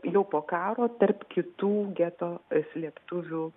jau po karo tarp kitų geto slėptuvių